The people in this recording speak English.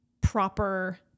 proper